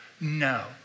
No